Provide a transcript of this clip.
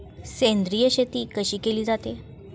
सेंद्रिय शेती कशी केली जाते?